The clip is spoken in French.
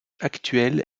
actuel